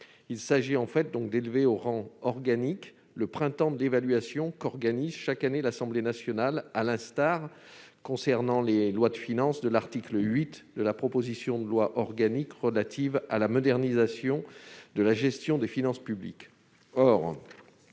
Il s'agit d'élever au rang organique le Printemps de l'évaluation qu'organise chaque année l'Assemblée nationale, à l'instar de l'article 8 de la proposition de loi organique relative à la modernisation de la gestion des finances publiques.